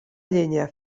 llenya